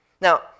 Now